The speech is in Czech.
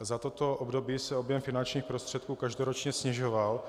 Za toto období se objem finančních prostředků každoročně snižoval.